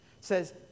says